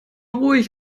ruhig